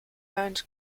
earned